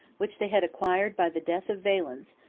which they had acquired by the death of valens,